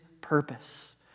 purpose